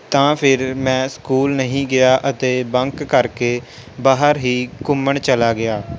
ਤਾਂ ਫਿਰ ਮੈਂ ਸਕੂਲ ਨਹੀਂ ਗਿਆ ਅਤੇ ਬੰਕ ਕਰਕੇ ਬਾਹਰ ਹੀ ਘੁੰਮਣ ਚਲਾ ਗਿਆ